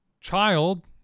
child